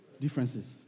differences